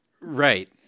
Right